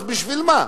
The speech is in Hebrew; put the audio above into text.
אז בשביל מה?